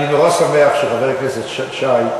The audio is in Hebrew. אני נורא שמח שחבר הכנסת שי,